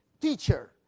Teacher